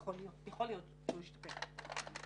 יכול להיות שהוא ישתפר.